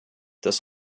des